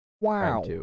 Wow